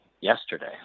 yesterday